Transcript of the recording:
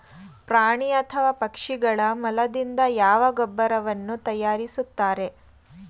ಪ್ರಾಣಿ ಅಥವಾ ಪಕ್ಷಿಗಳ ಮಲದಿಂದ ಯಾವ ಗೊಬ್ಬರವನ್ನು ತಯಾರಿಸುತ್ತಾರೆ?